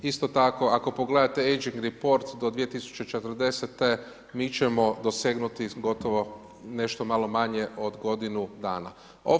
Isto tako, ako pogledate Ageing Report do 2040., mi ćemo dosegnuti gotovo nešto malo manje od godinu dana.